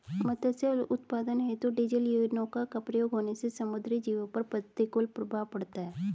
मत्स्य उत्पादन हेतु डीजलयुक्त नौका का प्रयोग होने से समुद्री जीवों पर प्रतिकूल प्रभाव पड़ता है